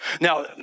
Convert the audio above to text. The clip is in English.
Now